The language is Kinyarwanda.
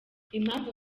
impamvu